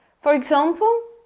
for example,